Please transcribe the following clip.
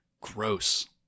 gross